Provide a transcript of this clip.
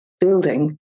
building